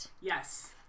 yes